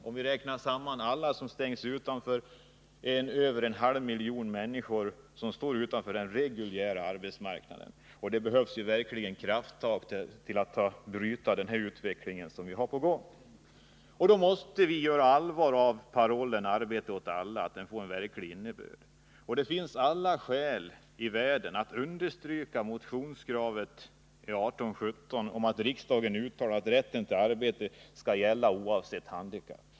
Om vi räknar samman siffrorna finner vi att ungefär en halv miljon människor ställs utanför den reguljära arbetsmarknaden, och det behövs verkligen krafttag för att bryta den utveckling som är på gång. Vi måste göra allvar av parollen arbete åt alla, ge den en verklig innebörd. Det finns alla skäl i världen att understryka kravet i motionen 1817, nämligen att riksdagen skall uttala att rätten till arbete skall gälla oavsett handikapp.